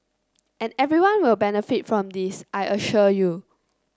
and everyone will benefit from this I assure you